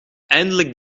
eindelijk